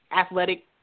athletic